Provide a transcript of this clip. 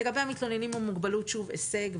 לגבי המתלוננים עם המוגבלות - שוב, הישג.